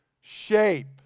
shape